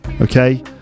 okay